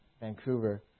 Vancouver